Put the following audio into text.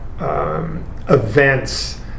Events